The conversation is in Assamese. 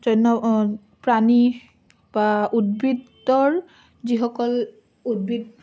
অন্য প্ৰাণী বা উদ্ভিদৰ যিসকল উদ্ভিদ